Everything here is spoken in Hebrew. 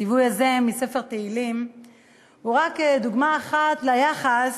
הציווי הזה מספר תהילים הוא רק דוגמה אחת ליחס